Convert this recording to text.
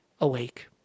awake